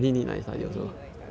I really need night study also